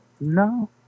No